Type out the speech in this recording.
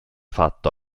fatto